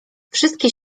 wszystkie